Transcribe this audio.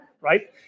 Right